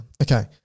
Okay